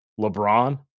LeBron